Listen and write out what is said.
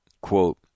quote